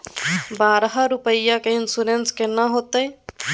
बारह रुपिया के इन्सुरेंस केना होतै?